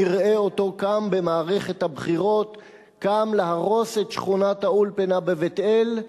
נראה אותו קם במערכת הבחירות להרוס את שכונת-האולפנה בבית-אל.